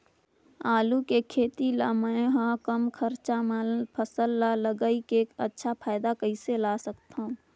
आलू के खेती ला मै ह कम खरचा मा फसल ला लगई के अच्छा फायदा कइसे ला सकथव?